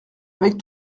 avec